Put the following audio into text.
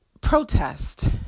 protest